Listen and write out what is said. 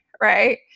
Right